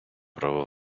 право